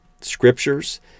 scriptures